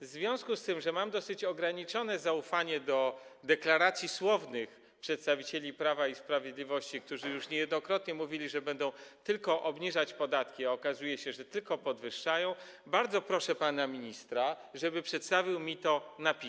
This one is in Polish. W związku z tym, że mam dosyć ograniczone zaufanie do słownych deklaracji przedstawicieli Prawa i Sprawiedliwości, którzy już niejednokrotnie mówili, że będą tylko obniżać podatki, a okazuje się, że tylko je podwyższają, bardzo proszę pana ministra, żeby przedstawił mi to na piśmie.